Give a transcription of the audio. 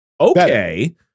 Okay